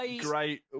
great